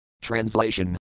Translation